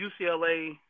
UCLA